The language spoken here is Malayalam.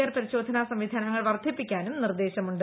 ആർ പരിശോധനാ സംവിധാനങ്ങൾ വർദ്ധിപ്പിക്കാനും നിർദ്ദേശമുണ്ട്